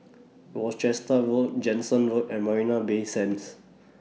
Worcester Road Jansen Road and Marina Bay Sands